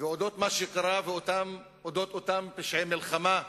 ושל מה שקרה, של אותם פשעי מלחמה,